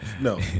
no